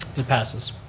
it passes.